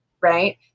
right